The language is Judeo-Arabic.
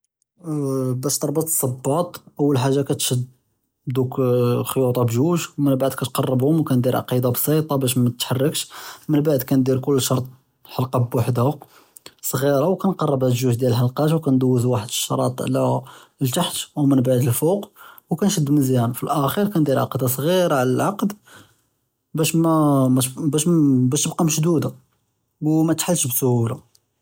באש תרטבּ אלסבּאט אול חאגה כתשדּ דוּכּ לחיווטה בּזוּז ומןבעד כתקרבהם ודיר עקּידה בּסיטה באש מתתחּרכּש, מןבעד כנדיִר כל שרט חַלְקָה בּוחדהא צע'ירה וכּנקרבהא בּזוּז דאלחלקאת, וכּנדוּז וחד אלשראט עלא לתחת מבּעד לפוק וכּנשד מזיאן, ופלאכּ'יר כנדיִר עקּדה צע'ירה עלא אלעקד באש תבקּא משדוּדה וּמתתחּלש בסהולה.